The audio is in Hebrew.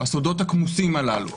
הסודות הכמוסים הללו,